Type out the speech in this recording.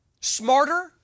smarter